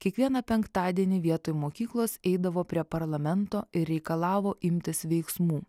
kiekvieną penktadienį vietoj mokyklos eidavo prie parlamento ir reikalavo imtis veiksmų